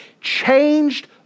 changed